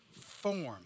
form